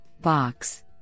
box